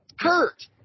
Kurt